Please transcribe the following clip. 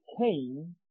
came